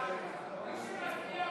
הוא נגד,